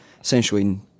essentially